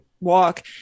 walk